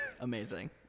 Amazing